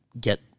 get